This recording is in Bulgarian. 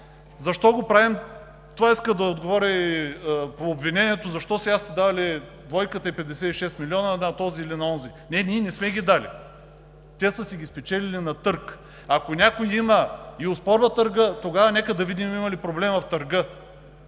Защо го правим? Това искам да отговоря по обвинението: защо сега сте дали 2-ката и 56 милиона на този или на онзи? Не, ние не сме ги дали, те са си ги спечелили на търг. Ако някой оспорва търга, тогава нека да видим има ли проблем в търга,